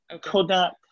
Kodak